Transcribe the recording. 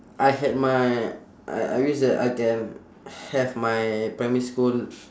I had my I I wish that I can have my primary school